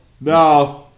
no